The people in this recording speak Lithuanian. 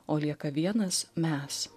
o lieka vienas mes